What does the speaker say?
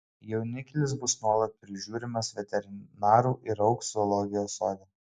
jauniklis bus nuolat prižiūrimas veterinarų ir augs zoologijos sode